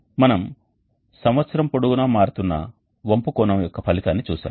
మేము సంవత్సరం పొడవునా మారుతున్న వంపు కోణం యొక్క ఫలితాన్ని చూశాము